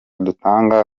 dutanga